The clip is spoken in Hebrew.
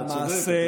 אתה צודק.